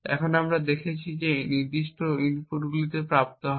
এবং আমরা দেখেছি যে যখনই এই নির্দিষ্ট ইনপুটগুলি প্রাপ্ত হয়